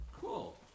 Cool